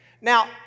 Now